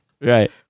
Right